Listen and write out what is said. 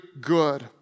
good